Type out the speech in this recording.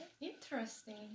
interesting